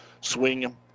swing